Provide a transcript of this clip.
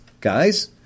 guys